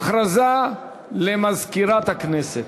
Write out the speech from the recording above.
הודעה למזכירת הכנסת.